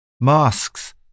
Masks